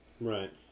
Right